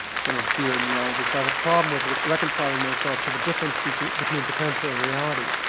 this one is, dear neologist, i have a problem with reconciling myself to the difference between between potential and reality.